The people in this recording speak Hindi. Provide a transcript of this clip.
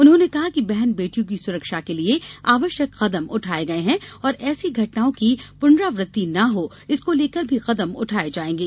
उन्होंने कहा कि बहन बेटियों की सुरक्षा के लिये आवश्यक कदम उठाए गए हैं और ऐसी घटनाओं की पुनरावृत्ति नहीं हो इसको लेकर भी कदम उठाए जाएंगे